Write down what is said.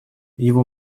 его